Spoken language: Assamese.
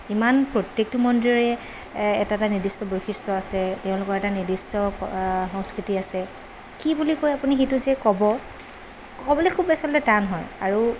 ইমান প্ৰত্যেকটো মন্দিৰৰে এটা এটা নিৰ্দিষ্ট বৈশিষ্ট্য আছে তেওঁলোকৰ এটা নিৰ্দিষ্ট সংস্কৃতি আছে কি বুলি কৈ আপুনি সেইটো যে ক'ব ক'বলৈ খুব আচলতে খুব টান হয় আৰু